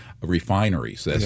refineries